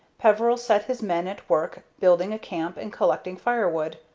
peveril set his men at work building a camp and collecting firewood,